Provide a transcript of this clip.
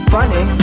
Funny